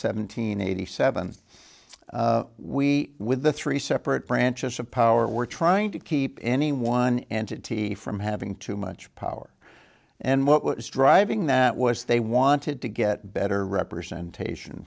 hundred eighty seven we with three separate branches of power were trying to keep any one entity from having too much power and what was driving that was they wanted to get better representation